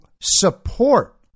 support